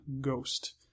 ghost